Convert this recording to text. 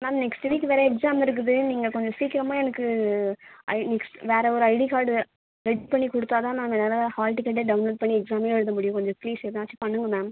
ma'am next week வேறு exam இருக்குது நீங்கள் கொஞ்சம் சீக்கிரமாக எனக்கு நெக்ஸ்ட் வேறு ஒரு ஐடி கார்டு ரெடி பண்ணிக் கொடுத்தா தான் நான் ஏதாவது ஹால் டிக்கெட்டே டவுன்லோட் பண்ணி எக்ஸாமே எழுத முடியும் கொஞ்சம் ப்ளீஷ் ஏதாச்சும் பண்ணுங்கள் மேம்